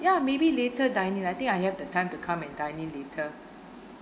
ya maybe later dine in I think I have the time to come and dine in later